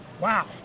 wow